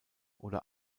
oder